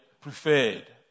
preferred